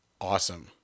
awesome